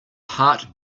heart